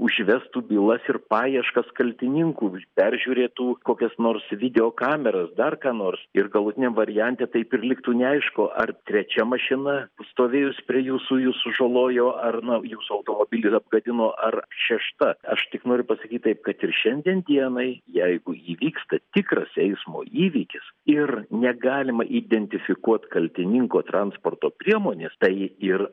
užvestų bylas ir paieškas kaltininkų peržiūrėtų kokias nors videokameras dar ką nors ir galutiniam variante taip ir liktų neaišku ar trečia mašina stovėjus prie jūsų jus sužalojo ar na jūsų automobilį apgadino ar šešta aš tik noriu pasakyt taip kad ir šiandien dienai jeigu įvyksta tikras eismo įvykis ir negalima identifikuot kaltininko transporto priemonės tai ir